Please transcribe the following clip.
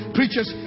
Preachers